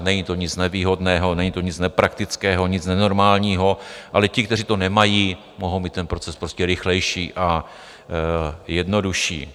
Není to nic nevýhodného, není to nic nepraktického, nic nenormálního, ale ti, kteří to nemají, mohou mít ten proces prostě rychlejší a jednodušší.